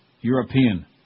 European